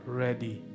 ready